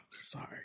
Sorry